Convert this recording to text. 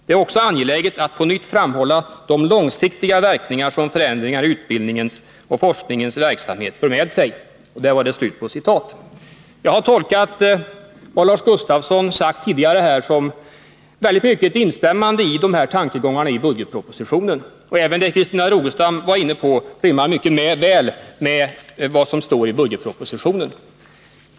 Det är också angeläget att på nytt framhålla de långsiktiga verkningar som förändringar i utbildningens och forskningens verksamhet för med sig.” Jag har tolkat vad Lars Gustafsson sagt tidigare här så, att han i stor utsträckning instämmer i de här tankegångarna i budgetpropositionen. Även det som Christina Rogestam var inne på rimmar mycket väl med vad som står i budgetpropositionen.